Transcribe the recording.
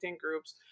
groups